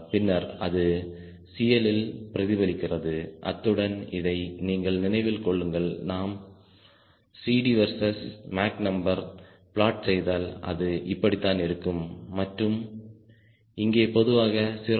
பின்னர் அது CL இல் பிரதிபலிக்கிறது அத்துடன் இதை நீங்கள் நினைவில் கொள்ளுங்கள் நாம் CD வெர்சஸ் மேக் நம்பரை பிளாட் செய்தால் அது இப்படித்தான் இருக்கும் மற்றும் இங்கே பொதுவாக 0